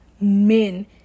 men